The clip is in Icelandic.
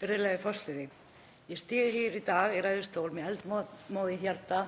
Virðulegi forseti. Ég stíg hér í dag í ræðustól með eldmóð í hjarta